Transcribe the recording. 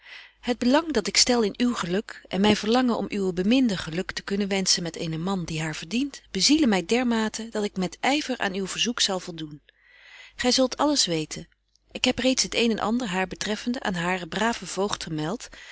het belang dat ik stel in uw geluk en myn verlangen om uwe beminde geluk te kunnen wenschen met eenen man die haar verdient bezielen my dermate dat ik met yver aan uw verzoek zal voldoen gy zult alles weten ik heb reeds het een en ander haar betreffende aan haren braven voogd gemelt